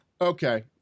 Okay